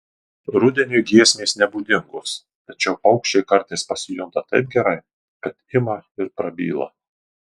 rudeniui giesmės nebūdingos tačiau paukščiai kartais pasijunta taip gerai kad ima ir prabyla